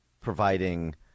providing